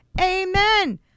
Amen